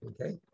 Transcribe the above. Okay